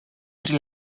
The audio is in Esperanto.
pri